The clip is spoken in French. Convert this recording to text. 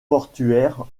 portuaire